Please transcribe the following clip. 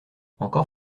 encore